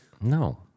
No